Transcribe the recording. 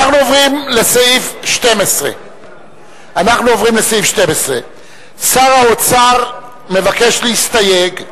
אנחנו עוברים לסעיף 12. שר האוצר מבקש להסתייג.